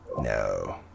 no